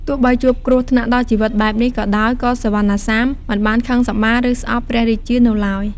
ទោះបីជួបគ្រោះថ្នាក់ដល់ជីវិតបែបនេះក៏ដោយ ក៏សុវណ្ណសាមមិនបានខឹងសម្បារ ឬស្អប់ព្រះរាជានោះឡើយ។